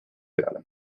peale